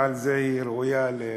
ועל זה היא ראויה לזה,